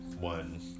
one